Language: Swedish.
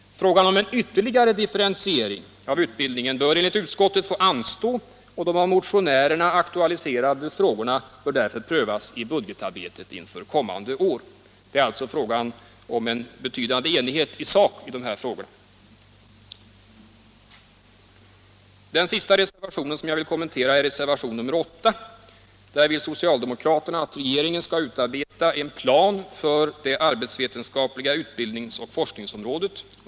Frågan om en ytterligare differentiering av utbildningen bör enligt utskottet få anstå och de av motionärerna aktualiserade frågorna bör därför prövas i budgetarbetet inför kommande år. Det föreligger alltså en betydande enighet i sak i de här frågorna. Den sista reservation som jag skall kommentera är reservationen 8. Där vill socialdemokraterna att regeringen skall utarbeta en plan för det arbetsvetenskapliga utbildnings och forskningsområdet.